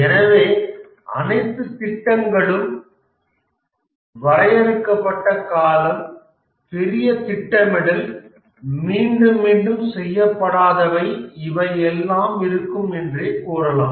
எனவே அனைத்து திட்டங்களும் வரையறுக்கப்பட்ட காலம் பெரிய திட்டமிடல் மீண்டும் மீண்டும் செய்யப்படாதவை இவை எல்லாம் இருக்கும் என்றே கூறலாம்